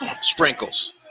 Sprinkles